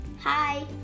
Hi